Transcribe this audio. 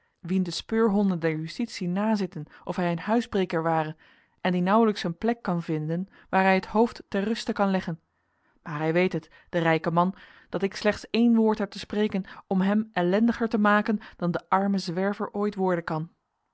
wien de speurhonden der justitie nazitten of hij een huisbreker ware en die nauwelijks een plek kan vinden waar hij het hoofd ter ruste kan leggen maar hij weet het de rijke man dat ik slechts één woord heb te spreken om hem ellendiger te maken dan de arme zwerver ooit worden kan